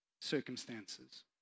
circumstances